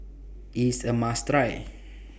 IS A must Try